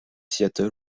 seattle